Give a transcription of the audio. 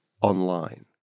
online